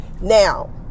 Now